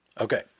Okay